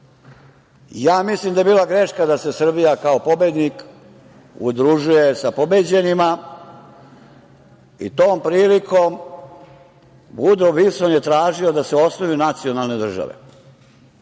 Ja mislim da je bila greška da se Srbija, kao pobednik udružuje sa pobeđenima i tom prilikom Vudro Vilson je tražio da se osnuju nacionalne države,